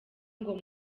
ngo